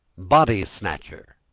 body-snatcher,